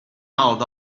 out